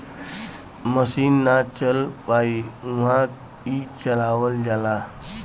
मसीन ना चल पाई उहा ई चलावल जाला